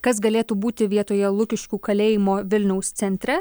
kas galėtų būti vietoje lukiškių kalėjimo vilniaus centre